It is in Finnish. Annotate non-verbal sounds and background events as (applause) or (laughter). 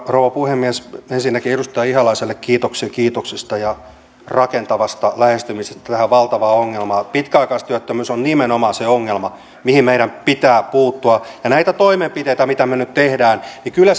rouva puhemies ensinnäkin edustaja ihalaiselle kiitoksia kiitoksista ja rakentavasta lähestymisestä tähän valtavaan ongelmaan pitkäaikaistyöttömyys on nimenomaan se ongelma mihin meidän pitää puuttua ja näillä toimenpiteillä mitä me nyt teemme pyritään kyllä (unintelligible)